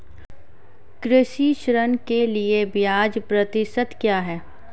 कृषि ऋण के लिए ब्याज प्रतिशत क्या है?